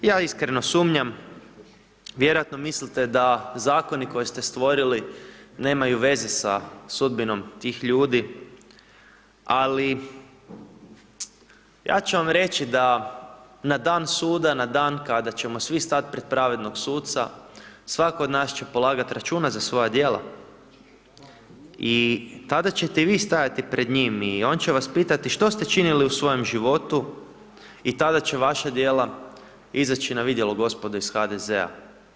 Ja iskreno sumnjam, vjerojatno mislite da Zakoni koje ste stvorili nemaju veze s sudbinom tih ljudi, ali, ja ću vam reći da na dan suda, na dan kada ćemo svi stati pred pravednog sudca, svatko od nas će polagati računa za svoja djela, i tada će te i vi stajati pred njim, i on će vas pitati što ste činili u svojem životu i tada će vaša djela izaći na vidjelo gospodo iz HDZ-a.